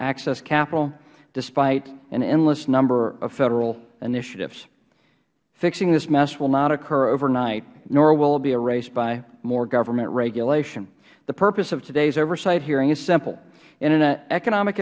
access capital despite an endless number of federal initiatives fixing this mess will not occur overnight nor will it be a race by more government regulation the purpose of today's oversight hearing is simple in an economic